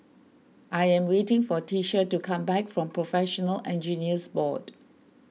I am waiting for Tisha to come back from Professional Engineers Board